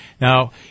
Now